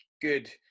good